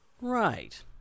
Right